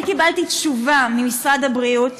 אני קיבלתי תשובה ממשרד הבריאות,